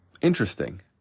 interesting